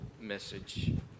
message